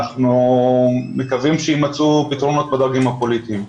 אנחנו מקווים שיימצאו פתרונות בדרגים הפוליטיים.